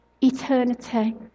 eternity